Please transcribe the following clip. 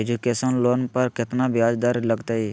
Education loan पर केतना ब्याज दर लगतई?